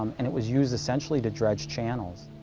um and it was used, essentially, to dredge channels.